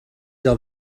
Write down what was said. iddo